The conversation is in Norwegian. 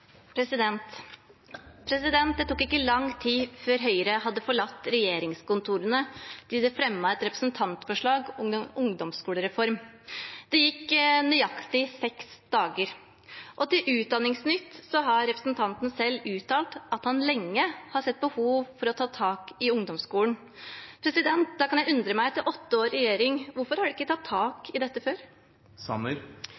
Det tok ikke lang tid fra Høyre hadde forlatt regjeringskontorene til de fremmet et representantforslag om en ungdomsskolereform. Det gikk nøyaktig seks dager. Til utdanningsnytt.no har representanten Sanner selv uttalt at han lenge har sett behov for å ta tak i ungdomsskolen. Da undrer jeg på hvorfor man etter åtte år i regjering ikke har tatt tak i dette før. Det har vi gjort. Men man løser ikke